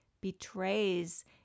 betrays